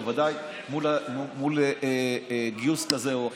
בוודאי גיוס כזה או אחר.